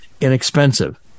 inexpensive